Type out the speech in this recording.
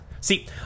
See